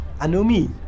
anomie